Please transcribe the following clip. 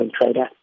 trader